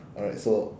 alright so